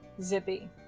Zippy